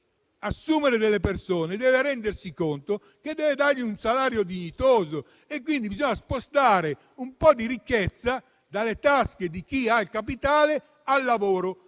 assumere delle persone deve rendersi conto di dover dare loro un salario dignitoso. Bisogna, dunque, spostare un po' di ricchezza dalle tasche di chi ha il capitale al lavoro,